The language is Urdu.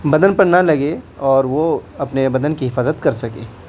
بدن پر نہ لگے اور وہ اپنے بدن کی حفاظت کر سکے